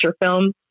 film